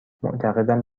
معتقدم